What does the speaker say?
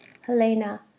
Helena